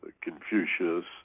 Confucius